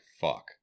fuck